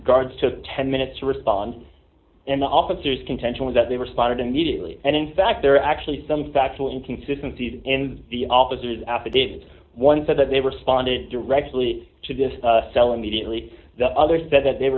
guards took ten minutes to respond and the officers contention was that they responded immediately and in fact there are actually some factual inconsistency and the officers after this one said that they responded directly to this cell immediately the other said that they